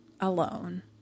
alone